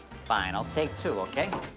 fine, i'll take two, okay?